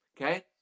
Okay